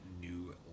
new